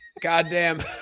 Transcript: Goddamn